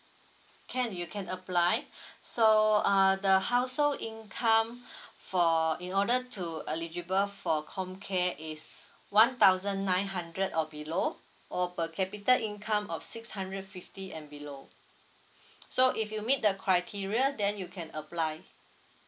can you can apply so uh the household income for in order to eligible for comcare is one thousand nine hundred or below or per capita income of six hundred fifty and below so if you meet the criteria then you can apply